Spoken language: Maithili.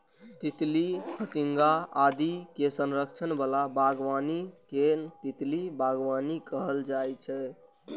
तितली, फतिंगा आदि के संरक्षण बला बागबानी कें तितली बागबानी कहल जाइ छै